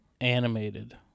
animated